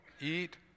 eat